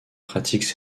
pratiquent